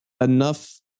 enough